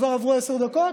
כבר עברו עשר דקות?